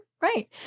Right